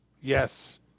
Yes